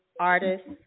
artists